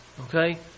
Okay